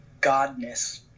godness